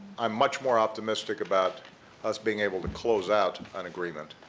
i'm much more optimistic about us being able to close out an agreement